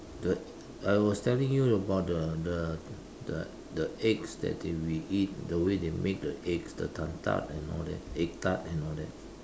the I was telling you about the the the the eggs that we eat the way they make the eggs the dan-tat and all that egg tart and all that